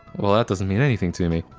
well that doesn't mean anything to me.